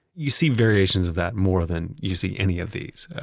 you see variations of that more than you see any of these.